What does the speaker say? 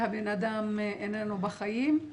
הבן-אדם איננו בחיים.